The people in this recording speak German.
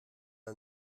der